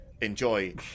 enjoy